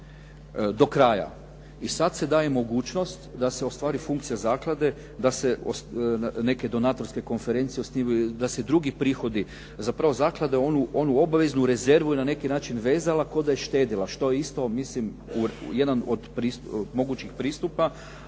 do kraja. I sada se daje mogućnost da se ostvari funkcija zaklade da se neke donatorske konferencije osnivaju, da se drugi prihodi. Zapravo zaklada je onu obaveznu rezervu na neki način vezala, kao da je štedila, što isto mislim, jedan od mogućih pristupa